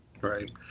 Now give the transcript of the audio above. Right